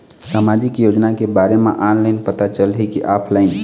सामाजिक योजना के बारे मा ऑनलाइन पता चलही की ऑफलाइन?